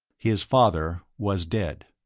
his father was dead.